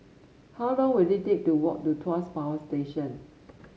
how long will it take to walk to Tuas Power Station